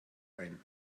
ein